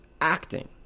acting